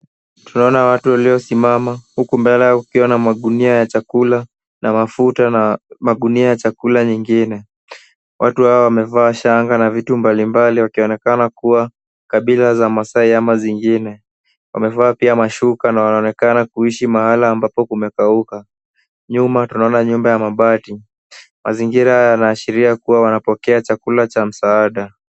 Tutaona watu waliosimama huku mbele yao kukiwa na magunia ya chakula na mafuta na magunia ya chakula nyengine. Watu hawa wamevaa shanga na vitu mbalimbali wakionekana kuwa kabila za masai ama zingine. Wamevaa pia mashuka na wanaonekana kuishi mahala ambapo kumekauka. Nyuma tunaona nyumba ya mabati. Mazingira yanaashiria kuwa wanapokea chakula cha msaada